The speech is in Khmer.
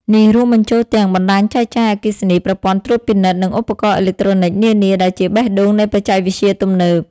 នេះរួមបញ្ចូលទាំង បណ្ដាញចែកចាយអគ្គិសនី ប្រព័ន្ធត្រួតពិនិត្យ និងឧបករណ៍អេឡិចត្រូនិចនានា ដែលជាបេះដូងនៃបច្ចេកវិទ្យាទំនើប។